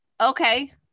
okay